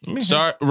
Sorry